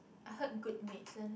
I heard groupmates then I was like